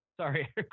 Sorry